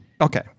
Okay